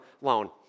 loan